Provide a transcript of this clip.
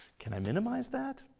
can i minimize that?